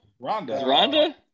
Rhonda